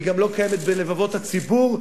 היא גם לא קיימת בלבבות הציבור,